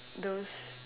those